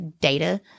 data